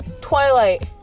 Twilight